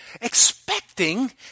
expecting